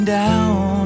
down